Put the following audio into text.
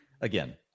Again